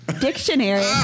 dictionary